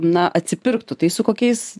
na atsipirktų tai su kokiais